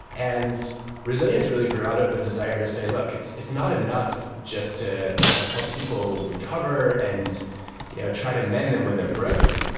and resilience really grew out of a desire to say, look, it's it's not enough just to you know help people recover and you know try to mend them when they're broken.